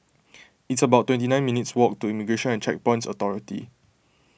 it's about twenty nine minutes' walk to Immigration and Checkpoints Authority